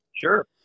Sure